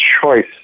choice